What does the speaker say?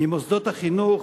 ממוסדות החינוך,